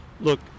look